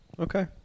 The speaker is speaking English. Okay